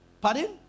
pardon